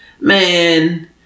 Man